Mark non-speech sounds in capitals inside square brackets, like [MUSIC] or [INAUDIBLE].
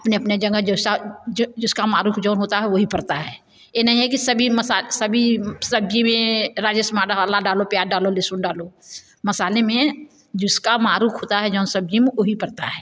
अपनी अपनी जगह जैसा जो जिसका महरुख जो होता है वही पड़ता हैं इन्हें है कि सभी मसा सभी सब्ज़ी में राजेश [UNINTELLIGIBLE] डालो प्याज़ डालो लहसुन डालो मसाले में जिसका माहारुख होता है जोन सब्ज़ी में वही पड़ता है